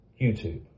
YouTube